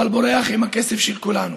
אבל בורח עם הכסף של כולנו.